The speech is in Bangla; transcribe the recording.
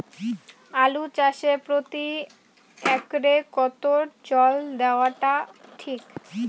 আলু চাষে প্রতি একরে কতো জল দেওয়া টা ঠিক?